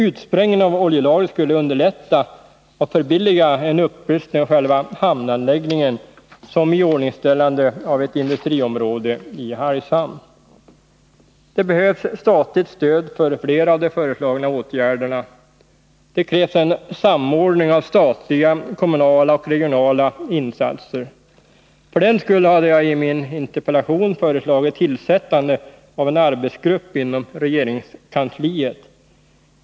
Utsprängningen av oljelagret skulle underlätta och förbilliga en upprustning av själva hamnanläggningen och iordningställandet av industriområdet i Hargshamn. Det behövs statligt stöd för flera av de föreslagna åtgärderna. Det krävs en samordning av statliga, kommunala och regionala insatser. För den skull hade jag i min interpellation föreslagit tillsättandet av en arbetsgrupp inom regeringskansliet.